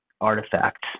artifacts